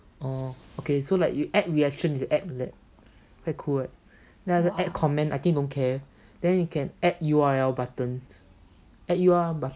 orh okay so like you add reaction is you add like that quite cool right then after add comment I think don't care then you can add U_R_L button add U_R_L button